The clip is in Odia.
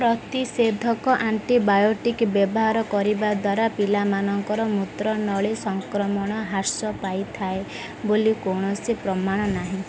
ପ୍ରତିଷେଧକ ଆଣ୍ଟି ବାୟୋଟିକ୍ ବ୍ୟବହାର କରିବା ଦ୍ୱାରା ପିଲାମାନଙ୍କର ମୂତ୍ରନଳୀ ସଂକ୍ରମଣ ହ୍ରାସ ପାଇଥାଏ ବୋଲି କୌଣସି ପ୍ରମାଣ ନାହିଁ